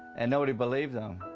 and nobody believed him.